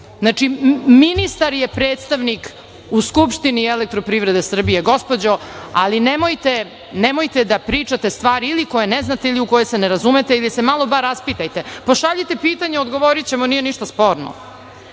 drugi. Znači, ministar je predstavnik u Skupštini EPS, gospođo, ali nemojte da pričate stvari ili koje ne znate ili u koje se ne razumete ili se malo bar raspitajte. Pošaljite pitanje, odgovorićemo, nije ništa